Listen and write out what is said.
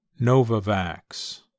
Novavax